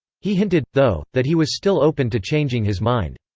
he hinted, though, that he was still open to changing his mind.